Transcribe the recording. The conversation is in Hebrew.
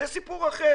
זה סיפור אחר.